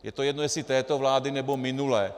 Je to jedno, jestli této vlády, nebo minulé.